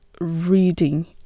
reading